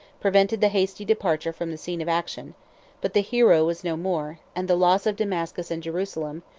prevented the hasty departure from the scene of action but the hero was no more and the loss of damascus and jerusalem,